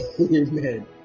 Amen